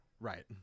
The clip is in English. Right